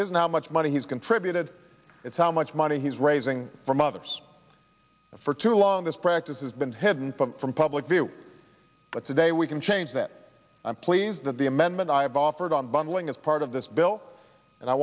now much money he's contributed it's how much money he's raising from others for too long this practice has been hidden from public view but today we can change that i'm pleased that the amendment i've offered on bundling is part of this bill and i